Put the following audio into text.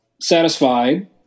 Satisfied